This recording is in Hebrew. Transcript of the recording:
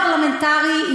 עוזר פרלמנטרי.